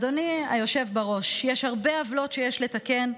אדוני היושב-ראש, יש הרבה עוולות שיש לתקן.